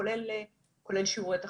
כולל שיעורי תחלואה.